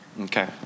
Okay